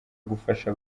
gufasha